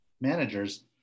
managers